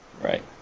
Right